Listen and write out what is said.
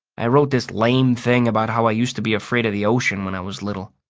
i wrote this lame thing about how i used to be afraid of the ocean when i was little.